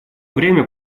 время